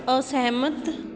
ਅਸਹਿਮਤ